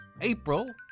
April